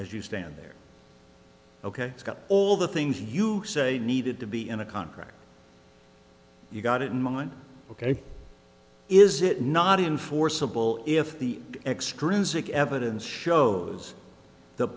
as you stand there ok it's got all the things you say needed to be in a contract you've got it in mind ok is it not enforceable if the extrinsic evidence shows the